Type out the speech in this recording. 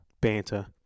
banter